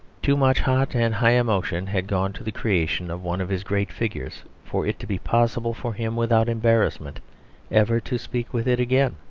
too much hot and high emotion had gone to the creation of one of his great figures for it to be possible for him without embarrassment ever to speak with it again.